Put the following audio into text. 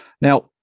Now